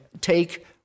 take